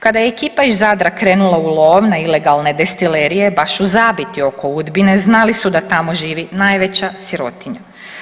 Kada je ekipa iz Zadra krenula u lov na ilegalne destilerije baš u zabiti oko Udbine znali su da tamo živi najveća sirotinja.